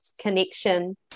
connection